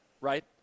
right